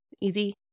Easy